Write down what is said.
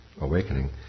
awakening